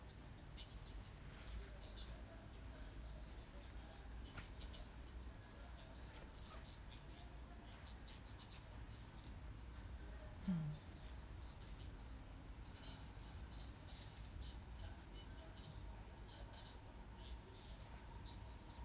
hmm